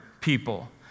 people